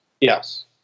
Yes